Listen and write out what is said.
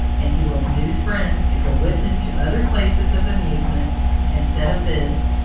and he will induce friends to go with him to other places of amusement instead of this,